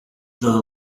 though